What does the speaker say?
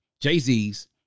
Jay-Z's